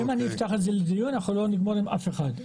אם אני אפתח את זה לדיון אנחנו לא נגמרו עם אף אחד.